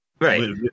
Right